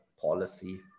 policy